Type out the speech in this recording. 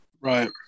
right